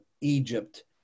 Egypt